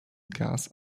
gas